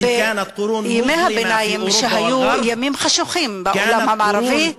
ימי הביניים, שהיו ימים חשוכים בעולם המערבי,